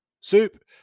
soup